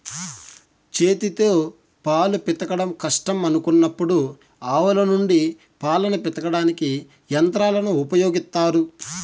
చేతితో పాలు పితకడం కష్టం అనుకున్నప్పుడు ఆవుల నుండి పాలను పితకడానికి యంత్రాలను ఉపయోగిత్తారు